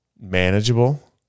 manageable